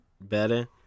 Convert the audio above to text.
better